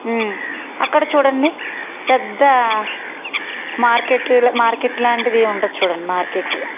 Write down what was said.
అక్కడ చూడండి పెద్ద మార్కెట్ మార్కెట్ లాంటిది ఉంటుంది చూడండి మార్కెట్